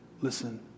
Listen